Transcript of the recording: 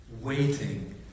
Waiting